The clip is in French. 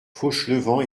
fauchelevent